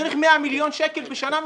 צריך 100 מיליון שקלים נוספים בשנה.